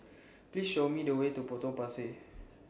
Please Show Me The Way to Potong Pasir